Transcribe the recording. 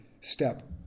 step